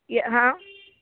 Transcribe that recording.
ये हाँ